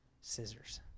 Scissors